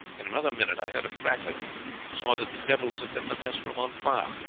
in another minute i heard a crackling, and saw that the devils had set the mess room on fire.